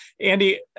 Andy